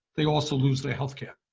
they also lose their healthcare?